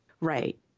Right